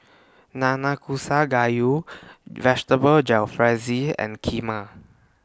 Nanakusa Gayu Vegetable Jalfrezi and Kheema